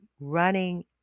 running